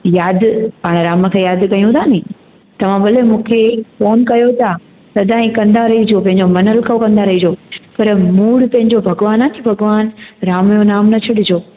यादि आहिया मां मूंखे यादि कयो था नी तव्हां भले मूंखे फोन कयो पिया सदाई कंदा रहिजो पंहिंजो मनु हल्को कंदा रहिजो पर मूल पंहिंजो भॻिवानु आहे नी भॻवान राम जो नाम न छॾिजो